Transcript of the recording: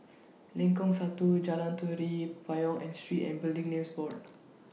Lengkong Satu Jalan Tari Payong and Street and Building Names Board